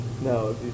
No